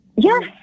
Yes